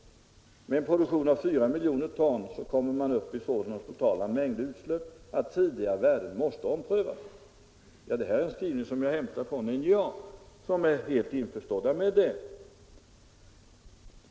Med en produktion av 4 miljoner ton kommer man upp i sådana totala mängder utsläpp att tidigare värden måste omprövas. Det är en skrivning som jag har hämtat från NJA ,där man är helt införstådd med detta.